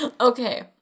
Okay